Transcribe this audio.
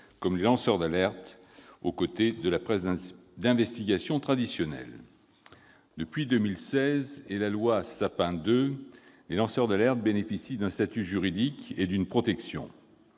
comme les lanceurs d'alerte, aux côtés de la presse d'investigation traditionnelle. Depuis 2016 et la loi Sapin II, les lanceurs d'alerte bénéficient d'un statut juridique et d'une protection.